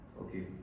Okay